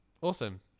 Awesome